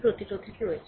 প্রতিরোধেরও রয়েছে